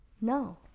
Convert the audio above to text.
No